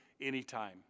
anytime